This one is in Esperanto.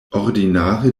ordinare